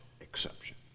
exception